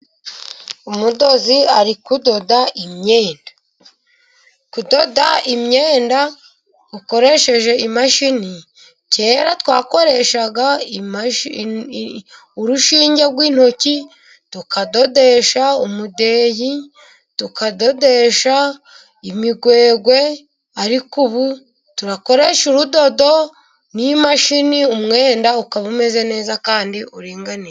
Umudozi ari kudoda imyenda, kudoda imyenda ukoresheje imashini kera twakoreshaga urushinge rw'intoki tukadodesha umudeyi, tukadodesha imigwegwe, ariko ubu turakoresha urudodo n'imashini umwenda ukaba umeze neza kandi uringaniye.